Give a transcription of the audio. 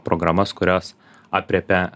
programas kurios aprėpia